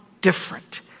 different